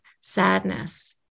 sadness